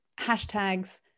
hashtags